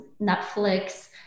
Netflix